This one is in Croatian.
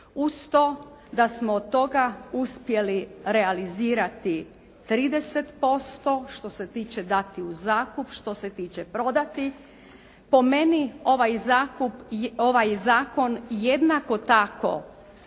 Uz to da smo od toga uspjeli realizirati 30% što se tiče dati u zakup, što se tiče prodati. Po meni ovaj zakon jednako tako